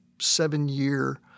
seven-year